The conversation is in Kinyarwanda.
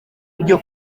ibyo